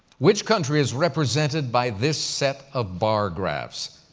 which country is represented by this set of bar graphs?